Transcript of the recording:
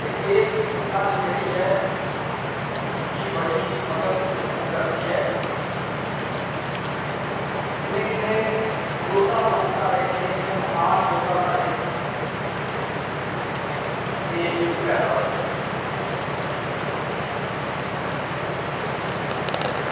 एह् कहानी जेह्ड़ी ऐ ओह् मिगी बड़ा ओह् करदी ऐ किन्ने किन्ने योध्दा किन्ने किन्ने महान साढ़े देश बिच्च पैदा होए दे